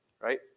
right